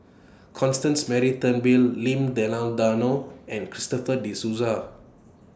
Constance Mary Turnbull Lim Denan Denon and Christopher De Souza